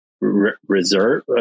Reserve